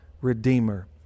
Redeemer